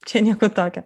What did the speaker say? čia nieko tokio